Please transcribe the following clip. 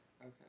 Okay